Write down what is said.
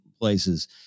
places